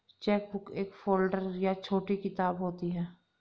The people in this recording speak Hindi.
चेकबुक एक फ़ोल्डर या छोटी किताब होती है